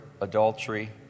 adultery